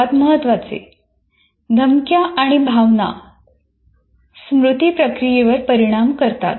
सर्वात महत्वाचे धमक्या आणि भावना मेमरी प्रक्रियेवर परिणाम करतात